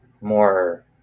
more